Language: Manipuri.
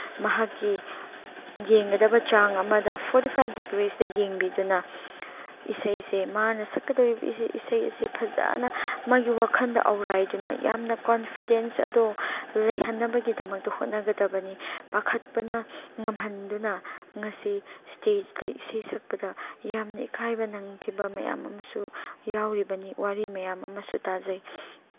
ꯃꯍꯥꯛꯀꯤ ꯌꯦꯡꯒꯗꯕ ꯆꯥꯡ ꯑꯃꯗ ꯐꯣꯔꯇꯤ ꯐꯥꯏꯚ ꯗꯤꯒ꯭ꯔꯤꯁꯇ ꯌꯦꯡꯕꯤꯗꯨꯅ ꯏꯁꯩꯁꯦ ꯃꯥꯅ ꯁꯛꯀꯗꯧꯔꯤꯕ ꯏꯁꯩ ꯑꯁꯦ ꯐꯖꯅ ꯃꯥꯒꯤ ꯋꯥꯈꯜꯗ ꯑꯧꯔꯥꯏꯗꯨꯅ ꯌꯥꯝꯅ ꯀꯣꯟꯐꯤꯗꯦꯟꯁ ꯑꯗꯣ ꯂꯩꯍꯟꯅꯕꯒꯤꯗꯃꯛꯇ ꯍꯣꯠꯅꯒꯗꯕꯅꯤ ꯄꯥꯈꯠꯄꯅ ꯉꯝꯍꯟꯗꯨꯅ ꯉꯁꯤ ꯏꯁꯇꯦꯖꯇ ꯏꯁꯩ ꯁꯛꯄꯗ ꯌꯥꯝꯅ ꯏꯀꯥꯏꯕ ꯅꯪꯈꯤꯕ ꯃꯌꯥꯝ ꯑꯃꯁꯨ ꯌꯥꯎꯔꯤꯕꯅꯤ ꯋꯥꯔꯤ ꯃꯌꯥꯝ ꯑꯃꯁꯨ ꯇꯥꯖꯩ